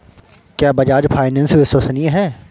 क्या बजाज फाइनेंस विश्वसनीय है?